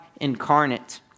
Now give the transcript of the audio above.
incarnate